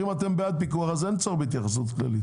אם אתם בעד פיקוח אז אין צורך בהתייחסות כללית.